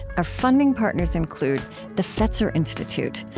our funding partners include the fetzer institute,